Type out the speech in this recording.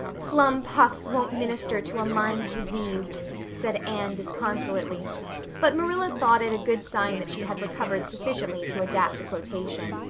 plum puffs won't minister to a mind diseased, said anne disconsolately but marilla thought it a good sign that she had recovered sufficiently to adapt a quotation.